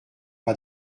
pas